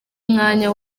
mwanya